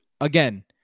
again